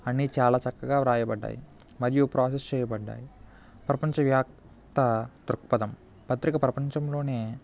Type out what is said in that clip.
అన్ని చాలా చక్కగా వ్రాయబడ్డాయి మరియు ప్రాసెస్ చేయబడ్డాయి ప్రపంచ వ్యాప్త దృక్పథం పత్రిక ప్రపంచంలోనే